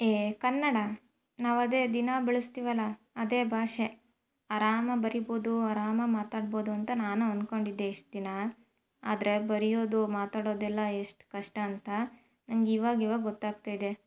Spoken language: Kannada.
ಏ ಕನ್ನಡ ನಾವು ಅದೇ ದಿನಾ ಬಳಸ್ತೀವಲ್ಲಾ ಅದೇ ಭಾಷೆ ಆರಾಮಾಗಿ ಬರಿಬೋದು ಆರಾಮಾಗಿ ಮಾತಾಡ್ಬೋದು ಅಂತ ನಾನು ಅಂದ್ಕೊಂಡಿದ್ದೆ ಇಷ್ಟು ದಿನ ಆದರೆ ಬರೆಯೋದು ಮಾತಾಡೋದೆಲ್ಲ ಎಷ್ಟು ಕಷ್ಟ ಅಂತ ನನಗ್ ಇವಾಗ ಇವಾಗ ಗೊತ್ತಾಗ್ತಾಯಿದೆ